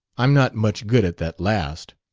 i'm not much good at that last.